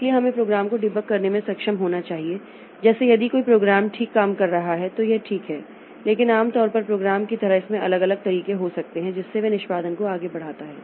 इसलिए हमें प्रोग्राम को डिबग करने में सक्षम होना चाहिए जैसे यदि कोई प्रोग्राम ठीक काम कर रहा है तो यह ठीक है लेकिन आम तौर पर प्रोग्राम की तरह इसमें अलग अलग तरीके हो सकते हैं जिससे यह निष्पादन को आगे बढ़ाता है